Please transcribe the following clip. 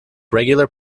regular